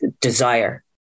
desire